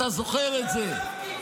אתה זוכר את זה,